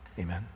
amen